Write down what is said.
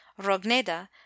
Rogneda